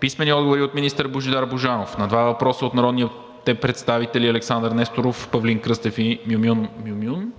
Писмени отговори от министър Божидар Божанов на: - два въпроса от народните представители Александър Несторов, Павлин Кръстев и Мюмюн